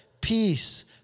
peace